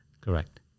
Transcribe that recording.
Correct